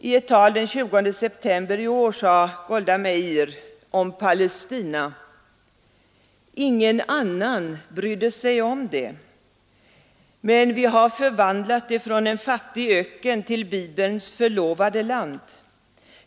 I ett tal den 20 september i år sade Golda Meir om Palestina: ”Ingen annan brydde sig om det, men vi har förvandlat det från en fattig öken till Bibelns förlovade land.